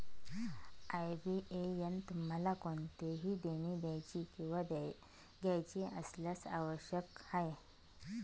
IBAN तुम्हाला कोणतेही देणी द्यायची किंवा घ्यायची असल्यास आवश्यक आहे